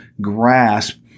grasp